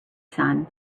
son